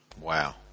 Wow